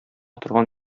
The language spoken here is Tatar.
торган